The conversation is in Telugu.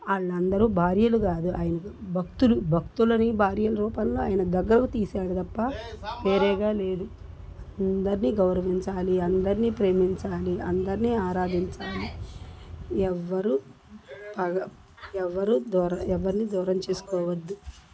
వాళ్ళందరూ భార్యలు కాదు ఆయనకి భక్తులు భక్తులని భార్యల రూపంలో ఆయన దగ్గరికి తీసాడు తప్ప వేరేగా లేదు అందరినీ గౌరవించాలి అందరినీ ప్రేమించాలి అందరినీ ఆరాధించాలి ఎవ్వరూ పగ ఎవ్వరూ దూర ఎవరినీ దూరం చేసుకోవద్దు